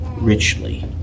richly